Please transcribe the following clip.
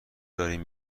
دارین